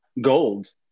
gold